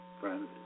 friends